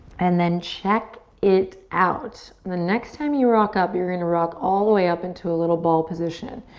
and then check it out. the next time you rock up you're going to rock all the way up into a little ball position.